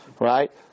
Right